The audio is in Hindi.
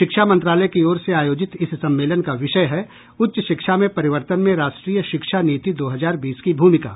शिक्षा मंत्रालय की ओर से आयोजित इस सम्मेलन का विषय है उच्च शिक्षा में परिवर्तन में राष्ट्रीय शिक्षा नीति दो हजार बीस की भूमिका